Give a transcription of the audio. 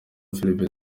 philbert